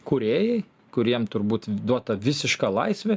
kūrėjai kuriem turbūt duota visiška laisvė